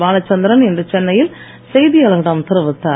பாலச்சந்திரன் இன்று சென்னையில் செயதியாளர்களிடம் தெரிவித்தார்